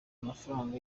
amafaranga